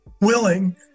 Willing